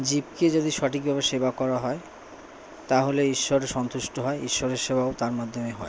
জীবকে যদি সঠিকভাবে সেবা করা হয় তাহলে ঈশ্বরও সন্তুষ্ট হয় ঈশ্বরের সেবাও তার মাধ্যমে হয়